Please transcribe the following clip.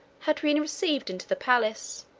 had been received into the palace.